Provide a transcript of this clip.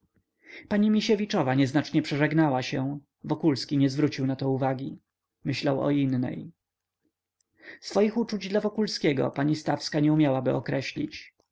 pani misiewiczowa nieznacznie przeżegnała się wokulski nie zwrócił nato uwagi myślał o innej swoich uczuć dla wokulskiego pani stawska nie umiałaby określić